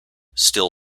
still